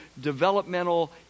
developmental